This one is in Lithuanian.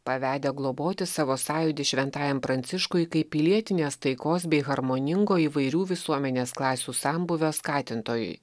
pavedę globoti savo sąjūdį šventajam pranciškui kaip pilietinės taikos bei harmoningo įvairių visuomenės klasių sambūvio skatintojui